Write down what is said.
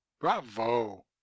bravo